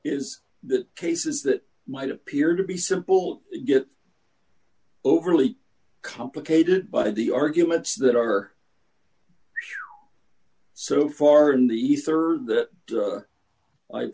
is the cases that might appear to be simple get overly complicated by the arguments that are so far in the ether that